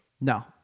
no